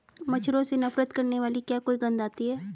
मच्छरों से नफरत करने वाली क्या कोई गंध आती है?